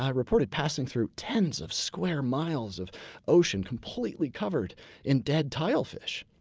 ah reported passing through tens of square miles of ocean completely covered in dead tilefish.